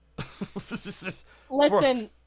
Listen